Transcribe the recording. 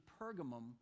Pergamum